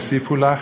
יוסיפו לך.